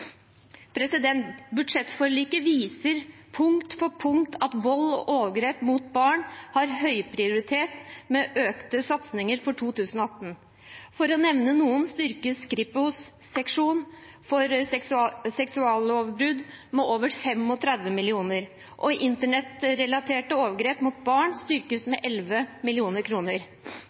manualer. Budsjettforliket viser punkt for punkt at vold og overgrep mot barn har høyprioritet, med økte satsinger for 2018. For å nevne noen satsinger: Kripos’ seksjon for seksuallovbrudd styrkes med over 35 mill. kr, og arbeidet mot internettrelaterte overgrep mot barn styrkes med